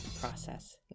process